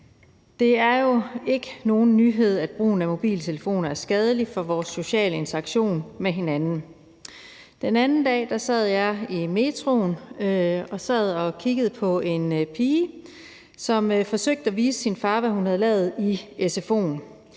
Det er jo ikke nogen nyhed, at brugen af mobiltelefoner er skadelig for vores sociale interaktion med hinanden. Den anden dag sad jeg i metroen og kiggede på en pige, som forsøgte at vise sin far, hvad hun havde lavet i sfo'en.